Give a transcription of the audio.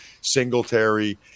Singletary